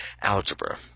Algebra